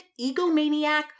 egomaniac